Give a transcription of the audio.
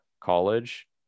college